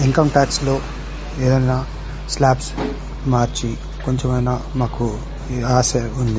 income ట్యాక్స్లో ఏదైనా slabs మార్పి కొంచెమైనా మాకు ఈ ఆశ ఉంది